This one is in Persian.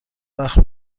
وقت